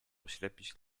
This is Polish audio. oślepić